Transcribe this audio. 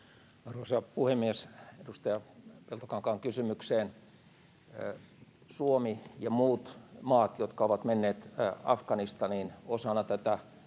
Arvoisa puhemies! Edustaja Peltokankaan kysymykseen: Suomi ja muut maat, jotka ovat menneet Afganistaniin osana tätä